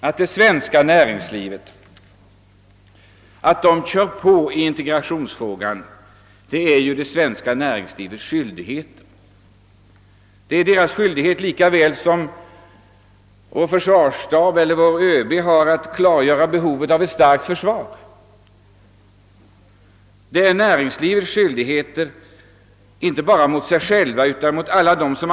Att det svenska näringslivet driver på hårt i integrationsfrågan är inte anmärkningsvärt — det är dess skyldighet inte bara mot sig självt utan även mot de anställda inom näringslivet att göra det, lika väl som det är försvarsstabens och ÖB:s skyldighet att klargöra vårt behov av ett starkt försvar.